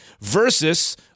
versus